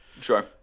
sure